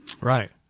Right